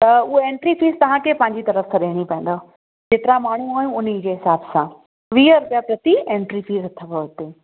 त उहे entry fees तव्हांखे पंहिंजी तरफ़ सां ॾियणी पवदव जेतिरा माण्हूं आहियो उनजे हिसाब सां वीह रुपिया प्रति एंट्री फ़ीस अथव उते